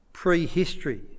prehistory